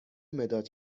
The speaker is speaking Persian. مداد